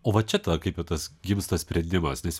o va čia tada kaip jau tas gimsta sprendimas nes